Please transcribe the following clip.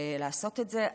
לעשות את זה.